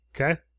okay